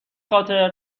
خاطر